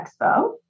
Expo